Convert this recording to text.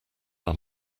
are